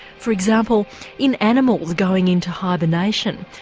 for example in animals going into hibernation,